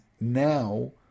now